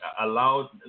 allowed